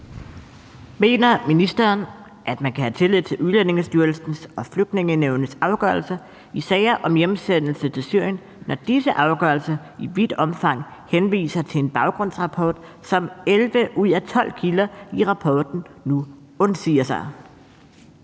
Mener ministeren, at man kan have tillid til Udlændingestyrelsens og Flygtningenævnets afgørelser i sager om hjemsendelse til Syrien, når disse afgørelser i vidt omfang henviser til en baggrundsrapport, som 11 ud af 12 kilder i rapporten nu undsiger sig?